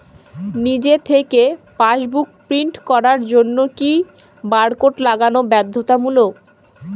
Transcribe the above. নিজে থেকে passbook print করার জন্য কি বারকোড লাগানো বাধ্যতামূলক?